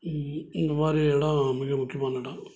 இது மாதிரி இடம் மிக முக்கியமான இடம்